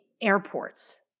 airports